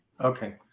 Okay